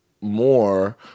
more